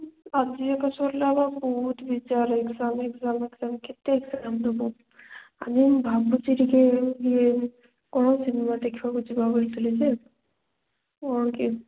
ଆଜି ଏକା ସରିଲା ବା ବହୁତ ବିଜାର ହୋଇଗଲାଣି ଏକ୍ଜାମ୍ ଏକ୍ଜାମ୍ କେତେ ଏକ୍ଜାମ୍ ଦେବୁ ଆଜି ମୁଁ ଭାବୁଛି ଟିକେ ଇଏ କ'ଣ ସିନେମା ଦେଖିବାକୁ ଯିବା ବୋଲୁଥିଲି ଯେ କ'ଣ କେବେ